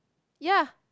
ya